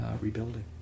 rebuilding